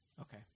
Okay